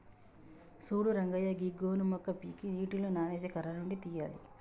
సూడు రంగయ్య గీ గోను మొక్క పీకి నీటిలో నానేసి కర్ర నుండి తీయాలి